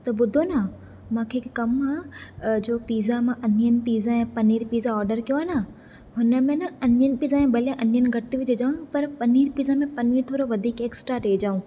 त ॿुधो न मूंखे हिकु कमु आहे जो पिज्जा मां अनियन पिज्जा ऐं पनीर पिज्जा आर्डर कयो आहे न हुन में न अनियन पिज्जा ऐं भले अनियन घटि विझिजां पर पनीर पिज्जा में पनीर थोरो वधीक एक्स्ट्रा ॾिजाऊं